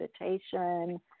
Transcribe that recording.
meditation